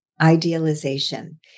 Idealization